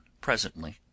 presently